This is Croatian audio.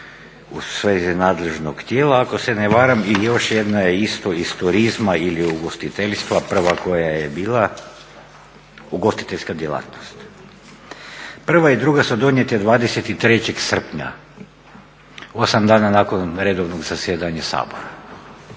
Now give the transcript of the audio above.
u svezi nadležnog tijela ako se ne varam i još jedna je isto iz turizma ili ugostiteljstva prva koja je bila ugostiteljska djelatnost. Prva i druga su donijete 23. srpnja, 8 dana nakon redovnog zasjedanja Sabora.